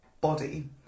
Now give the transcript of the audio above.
body